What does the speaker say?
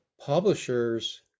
publishers